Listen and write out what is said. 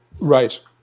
Right